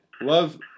Love